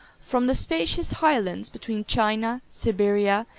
from the spacious highlands between china, siberia,